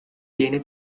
tiene